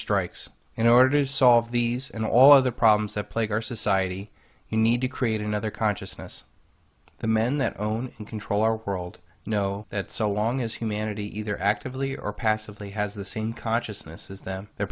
strikes in order to solve these and all other problems that plague our society we need to create another consciousness the men that own and control our world know that so long as humanity either actively or passively has the same consciousness is that their